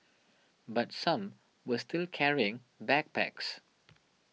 but some were still carrying backpacks